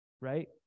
Right